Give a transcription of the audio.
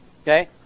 Okay